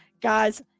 guys